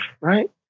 right